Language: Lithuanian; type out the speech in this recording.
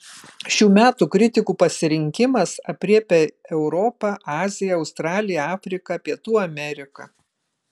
šių metų kritikų pasirinkimas aprėpia europą aziją australiją afriką pietų ameriką